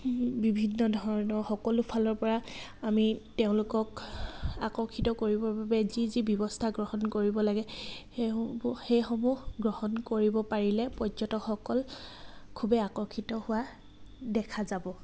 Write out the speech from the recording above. বিভিন্ন ধৰণৰ সকলো ফালৰ পৰা আমি তেওঁলোকক আকৰ্ষিত কৰিবৰ বাবে যি যি ব্যৱস্থা গ্ৰহণ কৰিব লাগে সেইসমূহ সেইসমূহ গ্ৰহণ কৰিব পাৰিলে পৰ্যটকসকল খুবেই আকৰ্ষিত হোৱা দেখা যাব